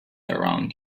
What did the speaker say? around